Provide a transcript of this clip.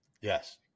Yes